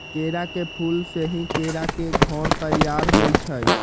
केरा के फूल से ही केरा के घौर तइयार होइ छइ